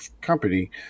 company